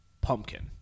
pumpkin